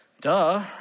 Duh